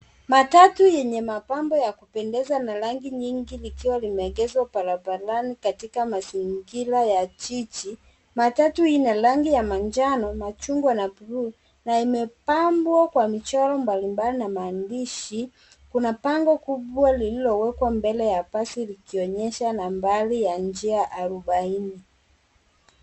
Matatu yenye mapambo ya kupendeza na rangi nyingi likiwa limeegeshwa barabarani katiaka mazingira ya jiji. Matatu ina rangi ya manjano, machungwa na bluu na imepambwa kwa michoro mbalimbali na maandishi, kuna bango kubwa liliowekwa mbele ya basi likionyesha nambari ya njia arubaini.